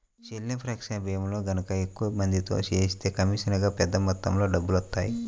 చెల్లింపు రక్షణ భీమాలను గనక ఎక్కువ మందితో చేయిస్తే కమీషనుగా పెద్ద మొత్తంలో డబ్బులొత్తాయి